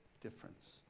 difference